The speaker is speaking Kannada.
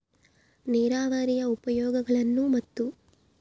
ನೇರಾವರಿಯ ಉಪಯೋಗಗಳನ್ನು ಮತ್ತು?